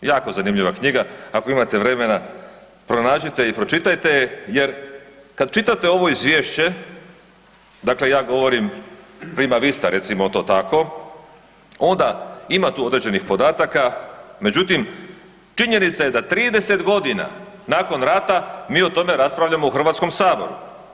Jako zanimljiva knjiga, ako imate vremena, pronađite i pročitajte je, jer kad čitate ovo Izvješće, dakle ja govorimo prima vista recimo to tako, onda ima tu određenih podataka, međutim, činjenica je da 30 godina nakon rata mi o tome raspravljamo u Hrvatskom saboru.